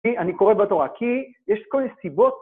אני קורא בתורה, כי יש כל מיני סיבות...